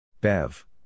Bev